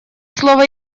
слово